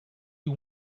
you